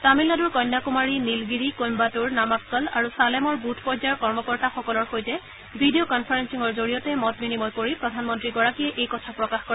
তামিলনাডুৰ কন্যাকুমাৰী নীলগিৰি কইস্বাতুৰ নামাক্কল আৰু ছালেমৰ বুথ পৰ্যায়ৰ কৰ্মীসকলৰ সৈতে ভিডিঅ' কনফাৰেলিঙৰ জৰিয়তে মত বিনিময় কৰি প্ৰধানমন্ত্ৰীগৰাকীয়ে এই কথা প্ৰকাশ কৰে